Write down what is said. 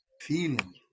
Feeling